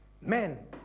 men